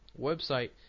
website